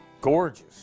gorgeous